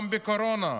גם בקורונה.